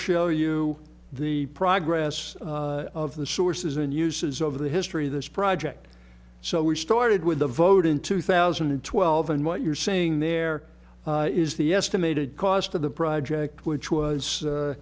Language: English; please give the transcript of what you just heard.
show you the progress of the sources and uses over the history of this project so we started with the vote in two thousand and twelve and what you're saying there is the estimated cost of the project which was